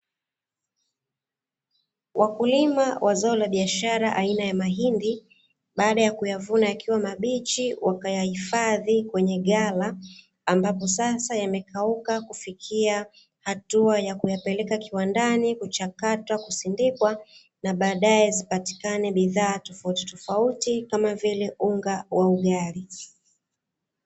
Wakulima wa zao la biashara aina ya mahindi baada ya kuvuna yakiwa mabichi na kuyahifadhi kwenye ghala, ambapo sasa yamekauka kufikia hatua ya kuyalepeka kiwandani kuchakata na kusindika na badae zipatikane bidhaa tofautitofauti kama vile: unga wa ugali.